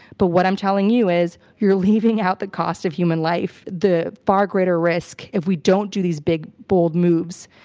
but what i'm telling you is, you're leaving out the cost of human life, the far greater risk if we don't do these big, bold moves.